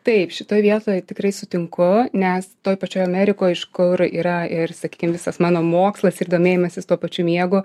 taip šitoj vietoj tikrai sutinku nes toj pačioj amerikoj iš kur yra ir sakykim visas mano mokslas ir domėjimasis tuo pačiu miegu